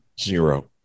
Zero